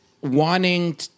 wanting